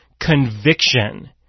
conviction